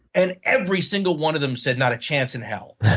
and every single one of them said not a chance in hell.